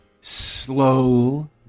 Slow